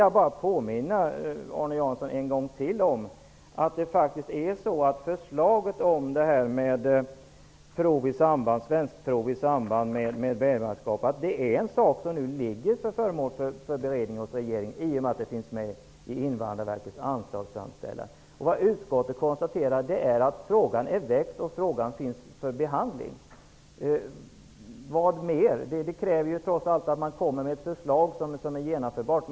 Jag vill påminna Arne Jansson ytterligare en gång att förslaget om prov i svenska språket i samband med medborgarskap är föremål för beredning av regeringen i och med att frågan tas upp i Invandrarverkets anslagsframställan. Utskottet konstaterar att frågan är väckt och att den är under behandling. Vad krävs mera? Trots allt måste man komma med ett förslag som är genomförbart.